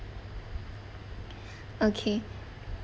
okay